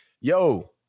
yo